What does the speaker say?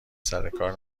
سرکار